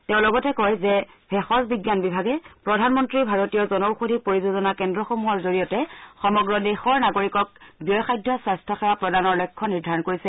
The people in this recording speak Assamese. তেওঁ লগতে কয় যে ভেষজ বিজ্ঞান বিভাগে প্ৰধানমন্ত্ৰী ভাৰতীয় জন ঔষধি পৰিযোজনা কেন্দ্ৰসমূহৰ জৰিয়তে সমগ্ৰ দেশৰ নাগৰিকক ব্যয়সাধ্য স্বাস্থাসেৱা প্ৰধানৰ লক্ষ্য নিৰ্ধাৰণ কৰা হৈছে